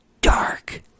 dark